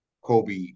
Kobe